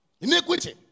Iniquity